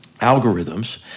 algorithms